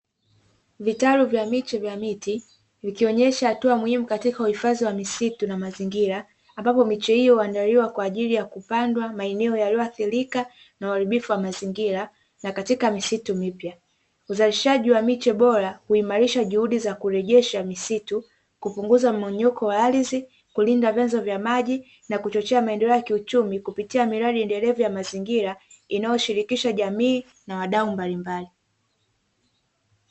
Vitalu vya miche vya miti vikionyesha hatua muhimu katika uhifadhi wa misitu na mazingira, ambapo miche hiyo huandaliwa kwa ajili ya kupandwa maeneo yaliyoathirika na uharibifu wa mazingira na katika misitu mipya, uzalishaji wa miche bora kuimarisha juhudi za kurejesha misitu, kupunguza mmonyoko wa ardhi, kulinda vya maji na kuchochea maendeleo ya kiuchumi kupitia miradi endelevu ya mazingira inayoshirikisha jamii na wadau mbalimbali.